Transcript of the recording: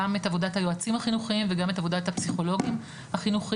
גם את עבודת היועצים החינוכיים וגם את עבודת הפסיכולוגים החינוכיים,